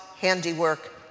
handiwork